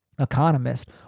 Economist